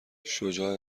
شجاع